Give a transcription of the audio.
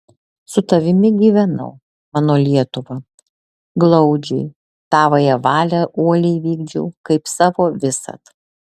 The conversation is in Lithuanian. su tavimi gyvenau mano lietuva glaudžiai tavąją valią uoliai vykdžiau kaip savo visad